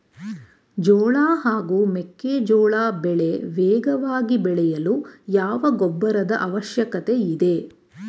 ಜೋಳ ಹಾಗೂ ಮೆಕ್ಕೆಜೋಳ ಬೆಳೆ ವೇಗವಾಗಿ ಬೆಳೆಯಲು ಯಾವ ಗೊಬ್ಬರದ ಅವಶ್ಯಕತೆ ಇದೆ?